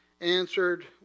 answered